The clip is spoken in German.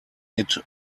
mit